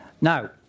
Now